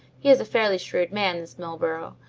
he is a fairly shrewd man, this milburgh,